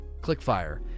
Clickfire